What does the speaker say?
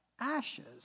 ashes